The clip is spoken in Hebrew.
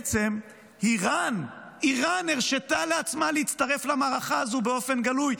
איראן הרשתה לעצמה להצטרף למערכה הזו באופן גלוי.